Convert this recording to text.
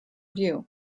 view